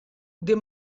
they